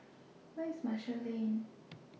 Where IS Marshall Lane